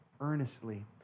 earnestly